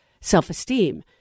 self-esteem